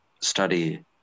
study